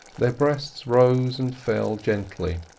their breasts rose and fell gently,